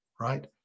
right